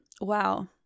Wow